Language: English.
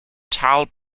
tal